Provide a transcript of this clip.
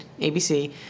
ABC